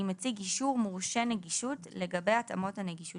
אם הציג אישור מורשה נגישות לגבי התאמות הנגישות